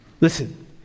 Listen